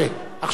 עכשיו כך,